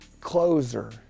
closer